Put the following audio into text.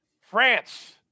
France